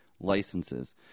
Licenses